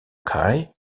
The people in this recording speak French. cai